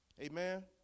Amen